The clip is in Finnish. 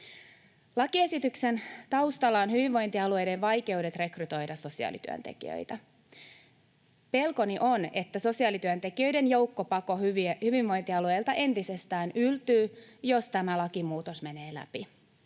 Lakiesityksen taustalla on hyvinvointialueiden vaikeudet rekrytoida sosiaalityöntekijöitä. Pelkoni on, että sosiaalityöntekijöiden joukkopako hyvinvointialueilta entisestään yltyy, jos tämä lakimuutos menee läpi.